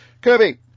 Kirby